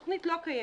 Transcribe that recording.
התוכנית לא קיימת,